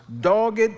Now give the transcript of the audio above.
dogged